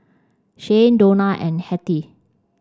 Shayne Dona and Hettie